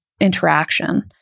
interaction